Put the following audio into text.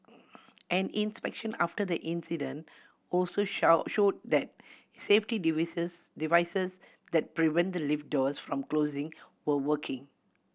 an inspection after the incident also showed that safety devices that prevent the lift doors from closing were working